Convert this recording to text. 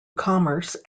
commerce